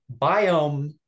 biome